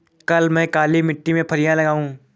क्या मैं काली मिट्टी में फलियां लगाऊँ?